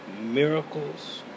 miracles